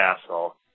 Castle